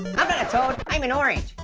i'm not a toad. i'm an orange.